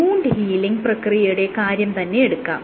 wound healing പ്രക്രിയയുടെ കാര്യം തന്നെയെടുക്കാം